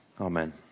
Amen